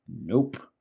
nope